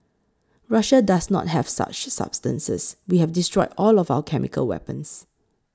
Russia does not have such substances we have destroyed all of our chemical weapons